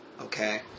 Okay